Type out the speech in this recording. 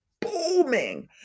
booming